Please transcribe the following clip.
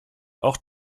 auch